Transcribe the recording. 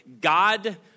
God